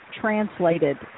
translated